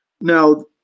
Now